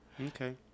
okay